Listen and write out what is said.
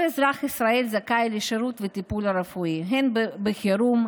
כל אזרח ישראלי זכאי לשירות ולטיפול רפואי הן בחירום,